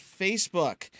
Facebook